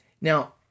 Now